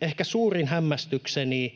ehkä suurin hämmästykseni